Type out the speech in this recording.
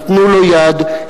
נתנו לו יד,